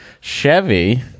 Chevy